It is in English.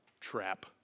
trap